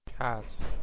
Cats